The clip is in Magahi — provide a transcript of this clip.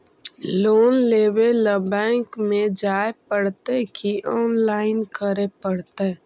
लोन लेवे ल बैंक में जाय पड़तै कि औनलाइन करे पड़तै?